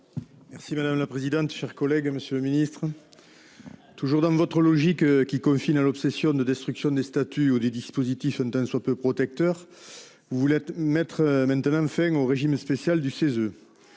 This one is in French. Merci madame la présidente, chers collègues, Monsieur le Ministre. Toujours dans votre logique qui confine à l'obsession de destruction des statuts ou des dispositifs tant soit peu protecteur. Vous voulez être mettre maintenant enfin au régime spécial du CESE.